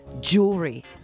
jewelry